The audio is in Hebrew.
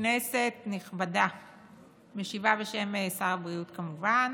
כנסת נכבדה, אני משיבה בשם שר הבריאות, כמובן.